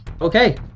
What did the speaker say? okay